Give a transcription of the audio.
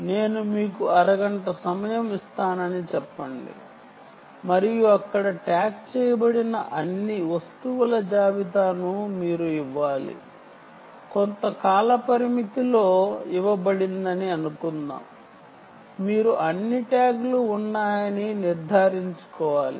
నేను మీకు అరగంట సమయం ఇస్తాను మరియు అక్కడ ట్యాగ్ చేయబడిన అన్ని వస్తువుల జాబితాను మీరు ఇవ్వాలి కొంత కాలపరిమితి ఇవ్వబడిందని అనుకుందాం మీకు ఇచ్చిన సమయ వ్యవధిలో మీరు అన్ని ట్యాగ్లు చదివేశారని నిర్ధారించుకోవాలి